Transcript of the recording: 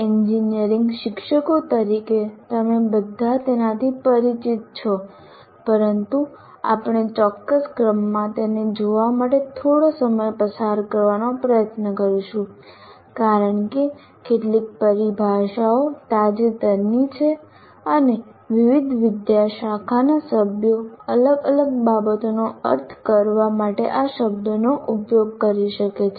engineering શિક્ષકો તરીકે તમે બધા તેનાથી પરિચિત છો પરંતુ આપણે ચોક્કસ ક્રમમાં તેને જોવા માટે થોડો સમય પસાર કરવાનો પ્રયત્ન કરીશું કારણ કે કેટલીક પરિભાષાઓ તાજેતરની છે અને વિવિધ વિદ્યાશાખા ના સભ્યો અલગ અલગ બાબતોનો અર્થ કરવા માટે આ શબ્દોનો ઉપયોગ કરી શકે છે